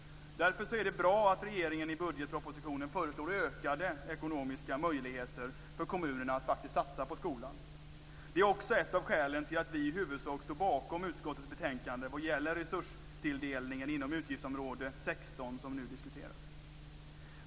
Därför är det bra att regeringen i budgetpropositionen föreslår ökade ekonomiska möjligheter för kommunerna att satsa på skolan. Det är också ett av skälen till att vi i huvudsak står bakom utskottets betänkande vad gäller resurstilldelningen inom Utgiftsområde 16, som nu diskuteras.